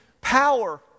power